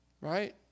right